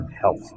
health